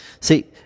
See